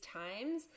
times